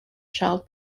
child